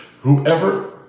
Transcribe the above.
whoever